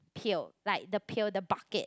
pail like the pail the bucket